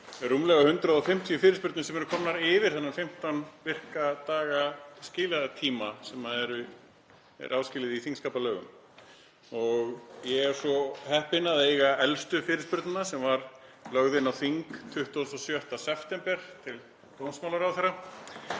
rúmlega 150 fyrirspurnir sem eru komnar yfir þennan 15 virkra daga skilafrest sem er áskilinn í þingskapalögum. Ég er svo heppinn að eiga elstu fyrirspurnina sem var lögð inn á þing 26. september til dómsmálaráðherra.